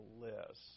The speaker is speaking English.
list